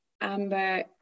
Amber